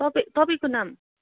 तपाईँ तपाईँको नाम